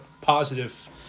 positive –